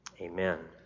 Amen